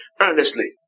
earnestly